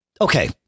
Okay